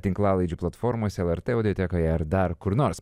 tinklalaidžių platformose lrt audiotekoje ar dar kur nors